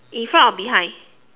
in front or behind